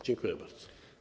Dziękuję bardzo.